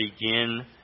begin